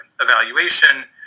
evaluation